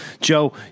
Joe